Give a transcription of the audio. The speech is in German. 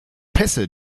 pässe